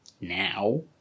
now